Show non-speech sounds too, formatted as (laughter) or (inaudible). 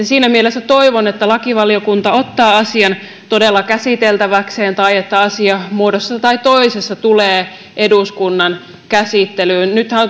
(unintelligible) siinä mielessä toivon että lakivaliokunta ottaa asian todella käsiteltäväkseen tai että asia muodossa tai toisessa tulee eduskunnan käsittelyyn nythän